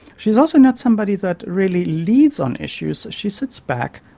she is also not somebody that really leads on issues. she sits back,